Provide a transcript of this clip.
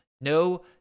no